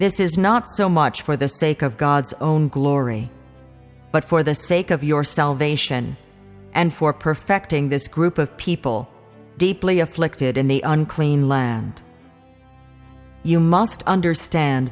this is not so much for the sake of god's own glory but for the sake of your salvation and for perfecting this group of people deeply afflicted in the unclean land you must understand